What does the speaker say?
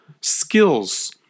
skills